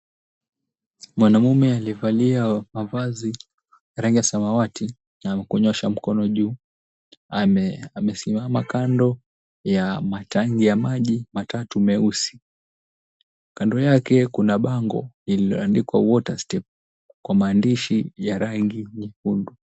Mwanamume aliyevaliwa mavazi rangi ya samawati na kunyoosha mkono juu, amesimama kando ya matangi ya maji matatu meusi. Kando yake kuna bango lililoandikwa, "water step," kwa maandishi ya rangi nyekundu.